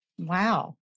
Wow